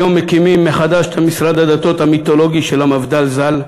היום מקימים מחדש את משרד הדתות המיתולוגי של המפד"ל ז"ל,